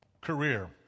career